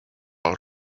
all